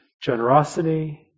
generosity